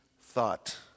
thought